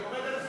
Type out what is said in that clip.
אני עומד על זה.